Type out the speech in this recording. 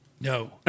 No